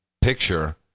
picture